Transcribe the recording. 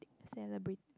celebrate